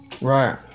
Right